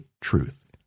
Truth